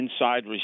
inside